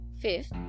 fifth